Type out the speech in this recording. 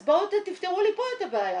אז בואו תפתרו לי פה את הבעיה.